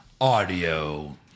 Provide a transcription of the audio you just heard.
audio